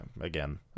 Again